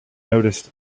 noticed